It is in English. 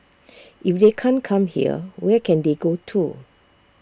if they can't come here where can they go to